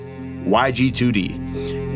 YG2D